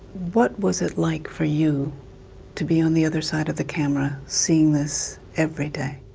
what was it like for you to be on the other side of the camera, seeing this every day?